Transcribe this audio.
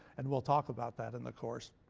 and we'll talk about that in the course.